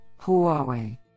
Huawei